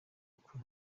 uko